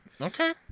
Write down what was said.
Okay